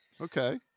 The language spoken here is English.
Okay